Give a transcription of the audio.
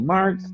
Mark